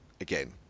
again